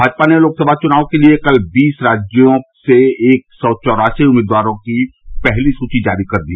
भाजपा ने लोकसभा चुनाव के लिए कल बीस राज्यो से एक सौ चौरासी उम्मीदवारों की पहली सुची जारी कर दी